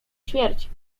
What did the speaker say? śmierć